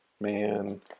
man